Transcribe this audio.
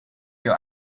you